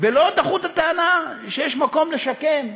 ולא דחה את הטענה שיש מקום לשקם,